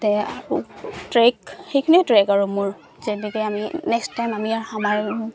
তে ট্ৰেক সেইখিনিয়ে ট্ৰেক আৰু মোৰ যেনেকৈ আমি নেক্সট টাইম আমি আৰু